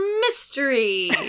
mystery